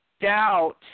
doubt